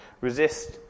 Resist